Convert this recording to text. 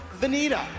Vanita